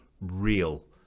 real